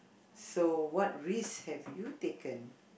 so what risk have you taken